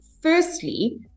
firstly